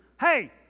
Hey